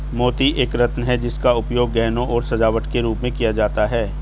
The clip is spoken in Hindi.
मोती एक रत्न है जिसका उपयोग गहनों और सजावट के रूप में किया जाता था